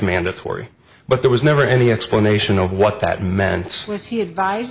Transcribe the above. mandatory but there was never any explanation of what that meant she advise